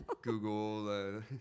Google